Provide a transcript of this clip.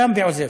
קם ועוזב.